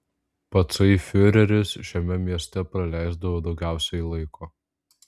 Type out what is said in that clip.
patsai fiureris šiame mieste praleisdavo daugiausiai laiko